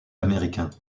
américains